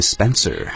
Spencer